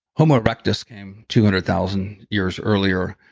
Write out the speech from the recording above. homo erectus came two hundred thousand years earlier.